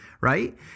right